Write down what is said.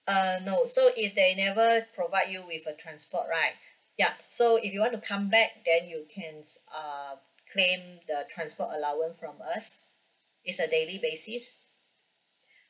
uh no so if they never provide you with a transport right yup so if you want to come back then you can uh claim the transport allowance from us is a daily basis